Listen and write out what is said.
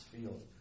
field